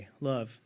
love